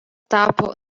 tapo